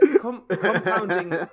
compounding